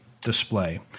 display